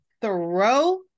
throw